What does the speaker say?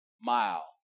mile